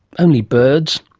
only birds.